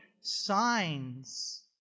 signs